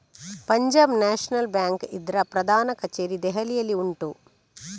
Punjab national bank ಇದ್ರ ಪ್ರಧಾನ ಕಛೇರಿ ದೆಹಲಿಯಲ್ಲಿ ಉಂಟು